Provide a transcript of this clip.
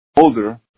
older